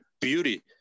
beauty